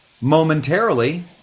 momentarily